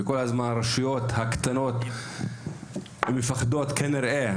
וכל הזמן הרשויות הקטנות הן מפחדות כנראה,